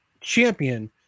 champion